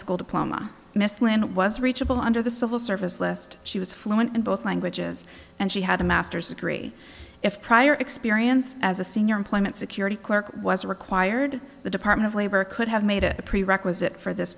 school diploma missed when it was reachable under the civil service list she was fluent in both languages and she had a master's degree if prior experience as a senior employment security clerk was required the department of labor could have made it a prerequisite for this